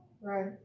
Right